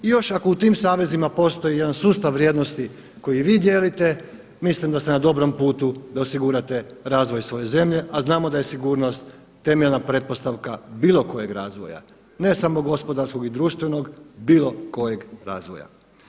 I još ako u tim savezima postoji jedan sustava vrijednosti koji vi dijelite mislim da ste na dobrom putu da osigurate razvoj svoje zemlje, a znamo da je sigurnost temeljna pretpostavka bilo kojeg razvoja, ne samo gospodarskog i društvenog bilo kojeg razvoja.